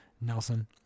Nelson